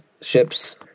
ships